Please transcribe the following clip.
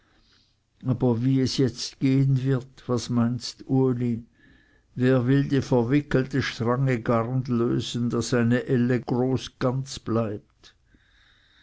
aber wie es jetzt gehen wird was meinst uli wer will die verwickelte strange garn lösen daß eine elle groß ganz bleibt